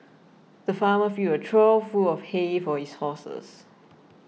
the farmer filled a trough full of hay for his horses